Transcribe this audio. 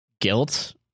guilt